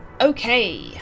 Okay